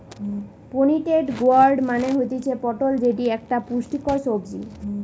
pointed gourd মানে হতিছে পটল যেটি একটো পুষ্টিকর সবজি